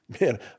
man